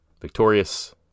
Victorious